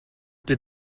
did